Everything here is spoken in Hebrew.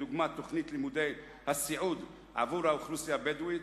דוגמת תוכנית לימודי הסיעוד לאוכלוסייה הבדואית.